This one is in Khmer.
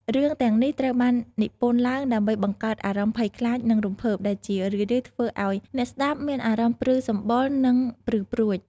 រឿងទាំងនេះត្រូវបាននិពន្ធឡើងដើម្បីបង្កើតអារម្មណ៍ភ័យខ្លាច និងរំភើប ដែលជារឿយៗធ្វើឱ្យអ្នកស្ដាប់មានអារម្មណ៍ព្រឺសម្បុរ និងព្រឺព្រួច។